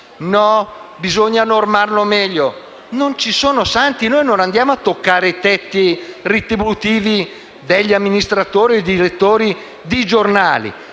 bisogna disciplinarlo meglio, non ci sono santi, noi non andiamo a toccare i tetti retributivi degli amministratori e direttori di giornali.